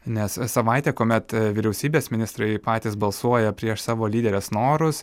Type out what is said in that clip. nes savaitė kuomet vyriausybės ministrai patys balsuoja prieš savo lyderės norus